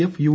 F U